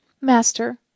Master